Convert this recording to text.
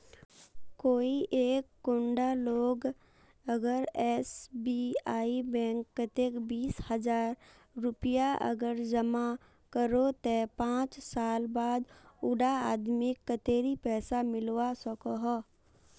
कोई एक कुंडा लोग अगर एस.बी.आई बैंक कतेक बीस हजार रुपया अगर जमा करो ते पाँच साल बाद उडा आदमीक कतेरी पैसा मिलवा सकोहो?